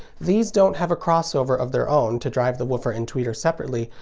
these don't have a crossover of their own to drive the woofer and tweeter separately,